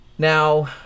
Now